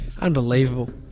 Unbelievable